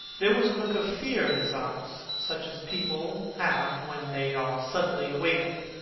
there was a look of fear in his eyes, such as people have when they are suddenly awakened.